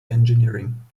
engineering